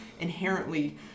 inherently